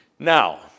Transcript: Now